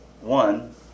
One